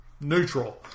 neutral